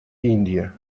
india